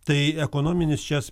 tai ekonominis šias